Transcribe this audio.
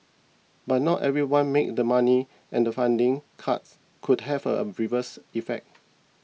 but not everyone made the money and the funding cuts could have a reverse effect